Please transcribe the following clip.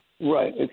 Right